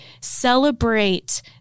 celebrate